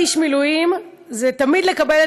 אמרתי לו: אז הסתכלת במראה בלילה וראית